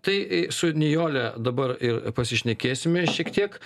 tai i su nijole dabar ir pasišnekėsime šiek tiek